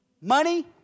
money